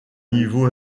niveau